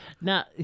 Now